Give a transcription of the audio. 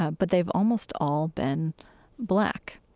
ah but they've almost all been black.